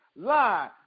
lie